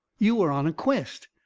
you are on a quest!